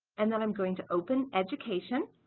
and then i'm going to open education